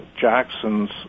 Jackson's